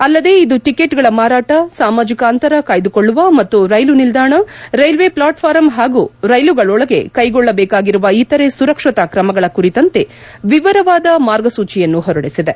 ಅಲ್ಲದೆ ಇದು ಟಿಕೆಟ್ ಗಳ ಮಾರಾಟ ಸಾಮಾಜಿಕ ಅಂತರ ಕಾಯ್ದುಕೊಳ್ಳುವುದು ಮತ್ತು ರೈಲು ನಿಲ್ದಾಣ ರೈಲ್ವೆ ಪ್ಲಾಟ್ ಫಾರಂ ಹಾಗೂ ರೈಲುಗಳೊಳಗೆ ಕೈಗೊಳ್ಳಬೇಕಾಗಿರುವ ಇತರೆ ಸುರಕ್ಷತಾ ಕ್ರಮಗಳ ಕುರಿತಂತೆ ವಿವರವಾದ ಮಾರ್ಗಸೂಚಿಯನ್ನು ಹೊರಡಿಸಿದೆ